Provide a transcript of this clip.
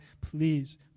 please